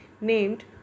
named